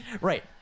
Right